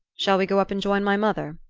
shall we go up and join my mother?